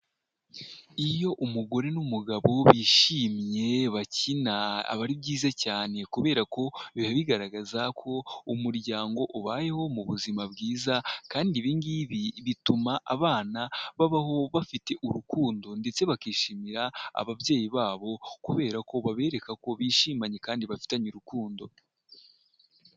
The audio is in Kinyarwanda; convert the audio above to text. Iyo umugore n'umugabo bishimye bakina, aba ari byiza cyane kubera ko biba bigaragaza ko umuryango ubayeho mu buzima bwiza, kandi ibingibi bituma abana babaho bafite urukundo ndetse bakishimira ababyeyi babo kubera ko babereka ko bishimanye kandi bafitanye urukundo.